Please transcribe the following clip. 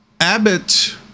abbott